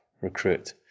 recruit